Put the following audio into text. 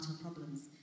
problems